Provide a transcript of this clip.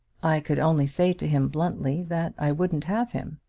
i could only say to him bluntly that i wouldn't have him.